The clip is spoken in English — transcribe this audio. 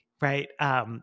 right